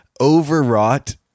overwrought